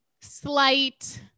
slight